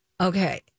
Okay